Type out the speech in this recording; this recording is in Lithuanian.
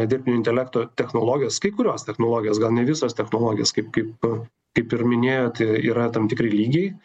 dirbtinio intelekto technologijos kai kurios technologijos gal ne visos technologijos kaip kaip kaip ir minėjot yra tam tikri lygiai